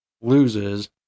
loses